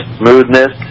smoothness